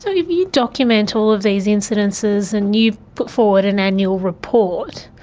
so if you document all of these incidences and you put forward an annual report,